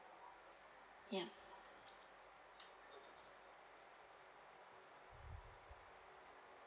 ya